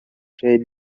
fred